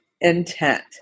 intent